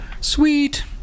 sweet